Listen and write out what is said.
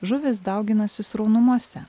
žuvys dauginasi sraunumose